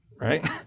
Right